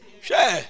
Sure